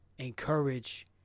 Encourage